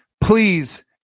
please